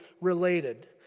related